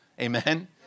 Amen